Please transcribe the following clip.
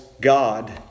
God